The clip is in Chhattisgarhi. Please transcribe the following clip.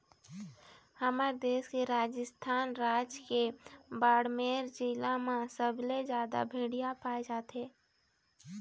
हमर देश के राजस्थान राज के बाड़मेर जिला म सबले जादा भेड़िया पाए जाथे